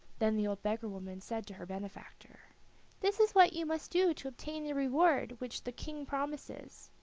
then the old beggar-woman said to her benefactor this is what you must do to obtain the reward which the king promises.